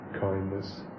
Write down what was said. kindness